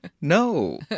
No